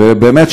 ובאמת,